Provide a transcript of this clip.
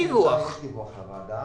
יש דיווח לוועדה.